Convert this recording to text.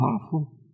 powerful